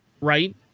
right